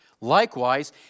Likewise